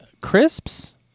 crisps